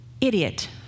idiot